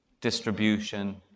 distribution